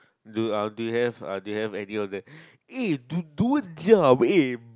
do uh do you have uh do you have any of them eh dude dude job eh